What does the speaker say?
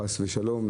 חס ושלום,